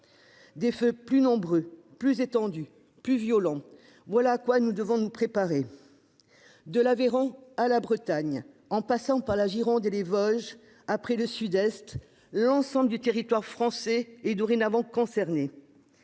Des feux plus nombreux, plus étendus, plus violents : voilà à quoi nous devons nous préparer. De l'Aveyron à la Bretagne, en passant par la Gironde et les Vosges, après le Sud-Est, l'ensemble du territoire français est dorénavant concerné.